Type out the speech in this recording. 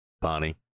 Bonnie